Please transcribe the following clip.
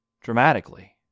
dramatically